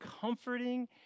comforting